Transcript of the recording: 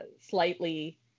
slightly